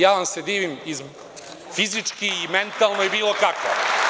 Ja vam se divim, fizički i mentalno i bilo kako.